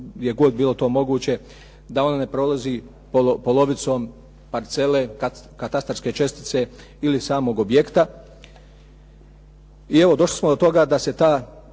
je to bilo moguće, da ona ne prolazi polovicom parcele katastarske čestice ili samog objekta i evo došli smo do toga da se ta,